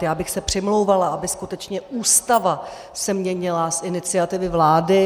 Já bych se přimlouvala, aby skutečně Ústava se měnila z iniciativy vlády.